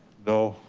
no.